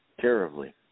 terribly